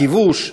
דיווש,